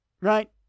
right